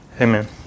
amen